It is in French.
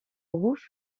rouge